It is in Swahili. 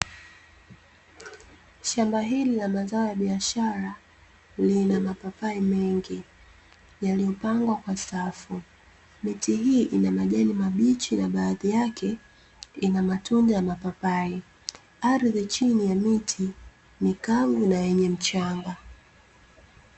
Shamba hili la mazao ya biashara, lina mapapai mengi yaliyopangwa kwa safu. Miti hii ina majani mabichi na baadhi yake ina matunda ya mapapai. Ardhi chini ya miti ni kavu na yenye mchanga.